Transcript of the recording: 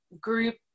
group